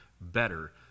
better